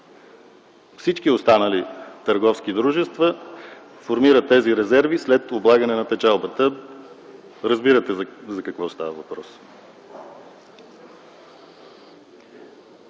Всички останали търговски дружества формират тези резерви след облагане на печалбата. Разбирате за какво става въпрос.